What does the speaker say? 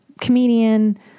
comedian